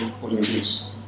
politics